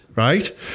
right